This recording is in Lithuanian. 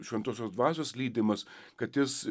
šventosios dvasios lydimas kad jis